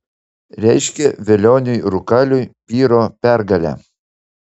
reiškia velioniui rūkaliui pyro pergalę